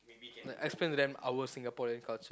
explain to them our Singaporean culture